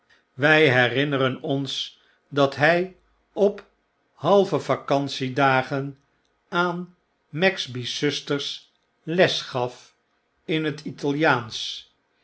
wy herinneren ons dat hj op halve vacantiedagen aan maxby's zusters les gaf in het italiaansch